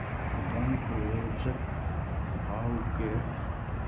दन्तवेजक भावके